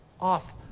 off